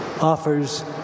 offers